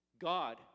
God